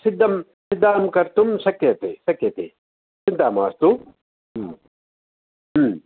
सिद्धं सिद्धं कर्तुं शक्यते शक्यते चिन्ता मास्तु